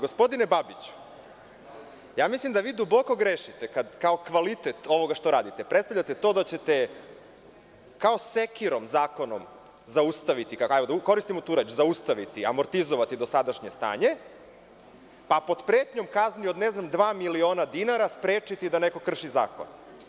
Gospodine Babiću, mislim da vi duboko grešite kada kao kvalitet ovog što radite predstavljate to da ćete kao sekirom zakonom zaustaviti, da koristim tu reč, zustaviti, amortizovati dosadašnje stanje, pa pod pretnjom kazni od, ne znam, dva miliona dinara, sprečiti da neko krši zakon.